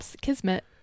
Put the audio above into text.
Kismet